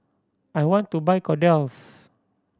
I want to buy Kordel's